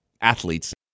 athletes